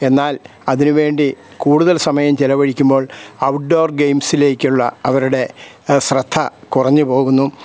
എന്നാൽ അതിനു വേണ്ടി കൂടുതൽ സമയം ചിലവഴിക്കുമ്പോൾ ഔട്ട് ഡോർ ഗെയിംസിലേക്കുള്ള അവരുടെ ശ്രദ്ധ കുറഞ്ഞുപോകുന്നു